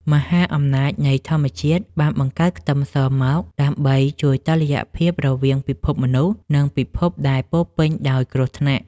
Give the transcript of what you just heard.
មហាអំណាចនៃធម្មជាតិបានបង្កើតខ្ទឹមសមកដើម្បីជួយតុល្យភាពរវាងពិភពមនុស្សនិងពិភពដែលពោរពេញដោយគ្រោះថ្នាក់។